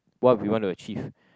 what we want to achieve